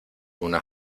una